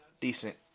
decent